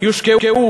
מיליארד יושקעו,